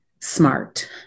smart